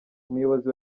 umuyobozi